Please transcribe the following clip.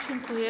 Dziękuję.